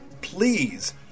Please